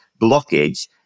blockage